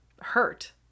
hurt